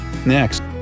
Next